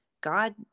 God